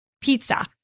pizza